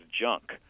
junk